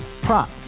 Prop